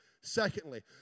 Secondly